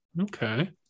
Okay